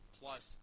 plus